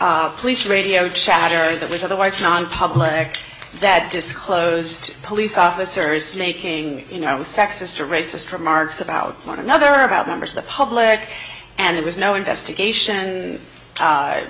police radio chatter that was otherwise nonpublic that disclosed police officers making you know sexist racist remarks about one another about members of the public and it was no investigation